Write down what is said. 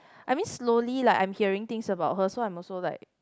I mean slowly lah I am hearing things about her so I also like